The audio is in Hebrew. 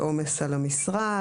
כמו עומס על המשרד,